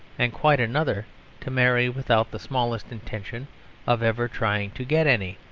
and quite another to marry without the smallest intention of ever trying to get any,